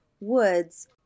woods